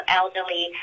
elderly